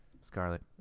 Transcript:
Scarlet